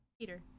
Peter